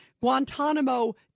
Guantanamo